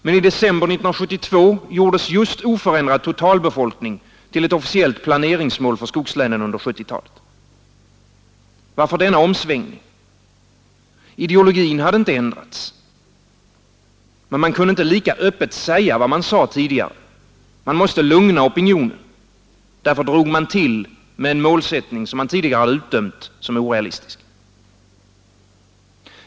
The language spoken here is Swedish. Men i december 1972 gjordes just oförändrad totalbefolkning till ett officiellt planeringsmål för skogslänen under 1970-talet. Varför denna omsvängning? Ideologin hade inte ändrats. Men man kunde inte lika öppet säga vad man sagt tidigare. Man måste lugna opinionen. Därför drog man till med en målsättning som man tidigare hade utdömt som orealistisk.